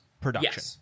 production